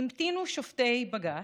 המתינו שופטי בג"ץ,